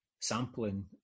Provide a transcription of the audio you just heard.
sampling